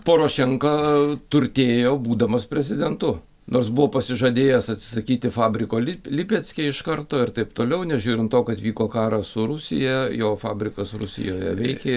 porošenka turtėjo būdamas prezidentu nors buvo pasižadėjęs atsisakyti fabriko li lipecke iš karto ir taip toliau nežiūrint to kad vyko karas su rusija jo fabrikas rusijoje veikė